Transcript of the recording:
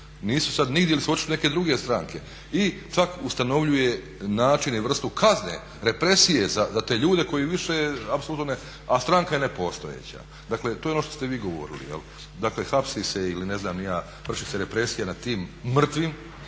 nisu sad nigdje ili su otišli u neke druge stranke, i čak ustanovljuje načine i vrstu kazne, represije za te ljude koji više apsolutno ne, a stranka je nepostojeća. Dakle, to je ono što ste vi govorili jel', dakle hapsi se ili ne znam ni ja vrši se represija nad tim mrtvim